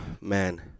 man